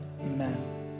Amen